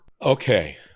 okay